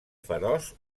feroç